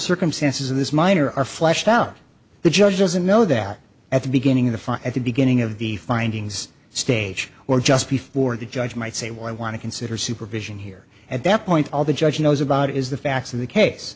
circumstances of this minor are flushed out the judge doesn't know that at the beginning of the file at the beginning of the findings stage or just before the judge might say well i want to consider supervision here at that point all the judge knows about is the facts of the case